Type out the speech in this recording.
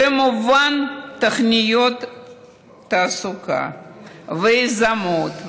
וכמובן תוכניות תעסוקה ויזמות,